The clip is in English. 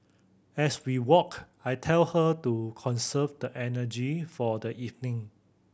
as we walk I tell her to conserve the energy for the evening